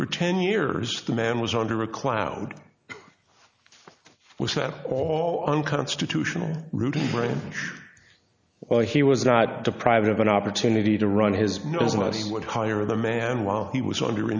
for ten years the man was under a cloud was that all unconstitutional rooting for him or he was not deprived of an opportunity to run his nose was would hire the man while he was under